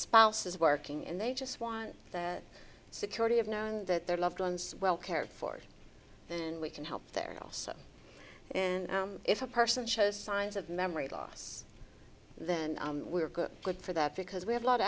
spouse is working and they just want the security of knowing that their loved ones well cared for then we can help there also and if a person shows signs of memory loss then we're good good for that because we have a lot of